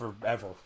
forever